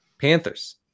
Panthers